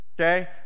okay